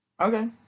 Okay